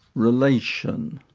relation,